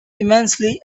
immensely